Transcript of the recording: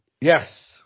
Yes